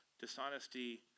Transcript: dishonesty